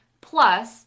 plus